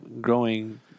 growing